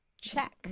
check